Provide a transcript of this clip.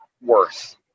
worse